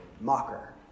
mocker